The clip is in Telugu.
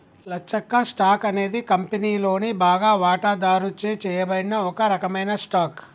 లచ్చక్క, స్టాక్ అనేది కంపెనీలోని బాగా వాటాదారుచే చేయబడిన ఒక రకమైన స్టాక్